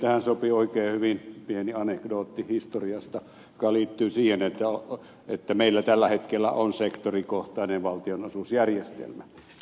tähän sopii oikein hyvin pieni anekdootti historiasta joka liittyy siihen että meillä tällä hetkellä on sektorikohtainen valtionosuusjärjestelmä